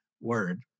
word